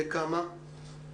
לכמה?